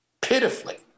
pitifully